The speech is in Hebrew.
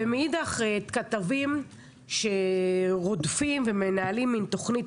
ומאידך כתבים שרודפים ומנהלים מן תוכנית